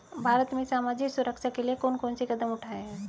भारत में सामाजिक सुरक्षा के लिए कौन कौन से कदम उठाये हैं?